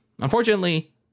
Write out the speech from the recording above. unfortunately